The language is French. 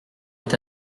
est